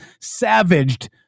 savaged